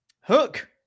Hook